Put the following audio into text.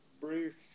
brief